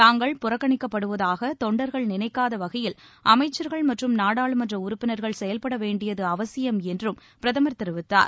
தாங்கள் புறக்கணிக்கப்படுவதாக தொண்டர்கள் நினைக்காத வகையில் அமைச்சர்கள் மற்றும் நாடாளுமன்ற உறுப்பினர்கள் செயல்பட வேண்டியது அவசியம் என்றும் பிரதமர் தெரிவித்தார்